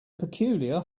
peculiar